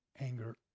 anger